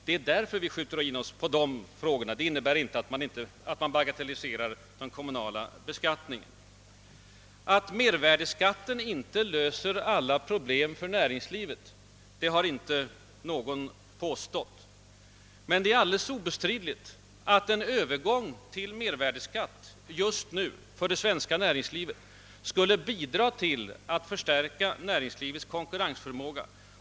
Det är av den anledningen vi skjuter in oss just på marginalskattefrågan — men det innebär inte att vi bagatelliserar den kommunala beskattningen. Ingen har påstått att mervärdeskatten löser »alla problem» för näringslivet, men det är alldeles obestridligt att en övergång till mervärdeskatt just nu skulle bidraga till att förstärka näringslivets konkurrensförmåga.